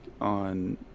on